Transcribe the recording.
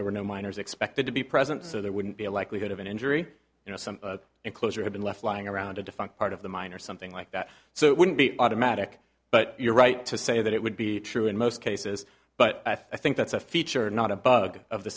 there were no miners expected to be present so there wouldn't be a likelihood of an injury you know some enclosure had been left lying around a defunct part of the mine or something like that so it wouldn't be automatic but you're right to say that it would be true in most cases but i think that's a feature not a bug of the